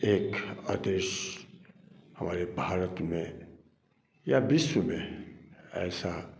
एक आदेश हमारे भारत में या विश्व में ऐसा कभी ऐसा